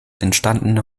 entstandene